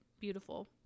Beautiful